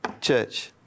church